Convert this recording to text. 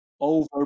Over